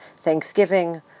thanksgiving